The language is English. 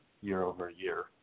year-over-year